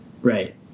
Right